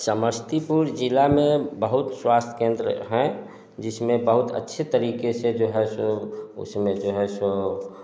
समस्तीपुर जिला में बहुत स्वास्थ्य केंद्र हैं जिसमें बहुत अच्छे तरीके से जो है उसमें जो है सो